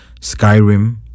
skyrim